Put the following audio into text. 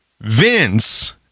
Vince